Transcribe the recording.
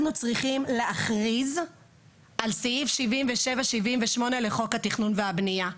אנחנו צריכים להכריז על סעיף 77 ו-78 לחוק התכנון והבנייה.